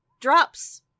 drops